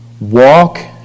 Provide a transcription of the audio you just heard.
walk